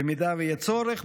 במידה שיהיה צורך.